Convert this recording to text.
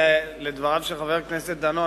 לדבריו של חבר הכנסת דנון,